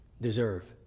deserve